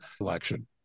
election